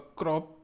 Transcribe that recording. crop